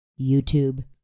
YouTube